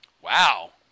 Wow